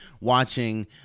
watching